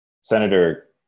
Senator